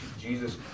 Jesus